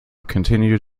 continued